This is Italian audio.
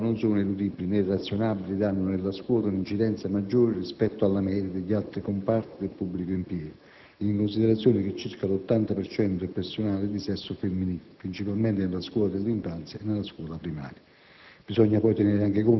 Queste ultime, come è noto, non sono eludibili né razionalizzabili ed hanno nella scuola un'incidenza maggiore rispetto alla media degli altri comparti del pubblico impiego, in considerazione che circa l'80 per cento del personale è di sesso femminile, principalmente nella scuola dell'infanzia e nella scuola primaria.